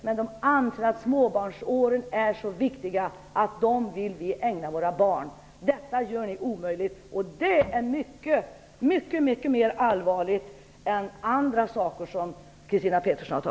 Men de anser att småbarnsåren är så viktiga att de vill ägna dem åt sina barn. Detta gör ni omöjligt, och det är mycket mer allvarligt än andra saker som Christina